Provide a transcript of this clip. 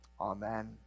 Amen